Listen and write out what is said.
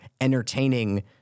entertaining